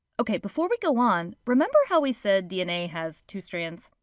ok, before we go on, remember how we said dna has two strands?